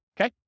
okay